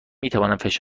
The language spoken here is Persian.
فشار